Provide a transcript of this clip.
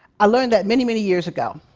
i learned that many, many years ago.